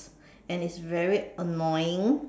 and it's very annoying